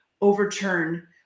overturn